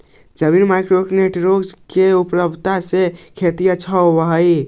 जमीन में micro nutrient के उपलब्धता से खेती अच्छा होब हई